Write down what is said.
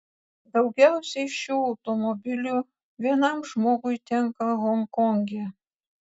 daugiausiai šių automobilių vienam žmogui tenka honkonge